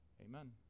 Amen